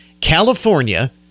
california